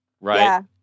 Right